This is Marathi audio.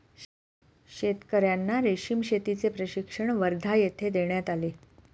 शेतकर्यांना रेशीम शेतीचे प्रशिक्षण वर्धा येथे देण्यात आले